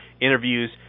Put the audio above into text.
interviews